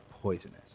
poisonous